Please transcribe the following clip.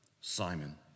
Simon